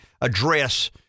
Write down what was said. address